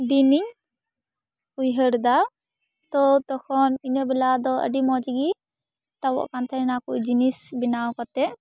ᱫᱤᱱᱤᱧ ᱩᱭᱦᱟᱹᱨ ᱮᱫᱟ ᱛᱚ ᱛᱚᱠᱷᱚᱱ ᱤᱱᱟᱹ ᱵᱮᱞᱟ ᱫᱚ ᱟᱹᱰᱤ ᱢᱚᱡᱽ ᱜᱤ ᱛᱟᱵᱚᱜ ᱠᱟᱱ ᱛᱟᱦᱮᱱᱟ ᱚᱱᱟ ᱠᱚ ᱡᱤᱱᱤᱥ ᱵᱮᱱᱟᱣ ᱠᱟᱛᱮᱫ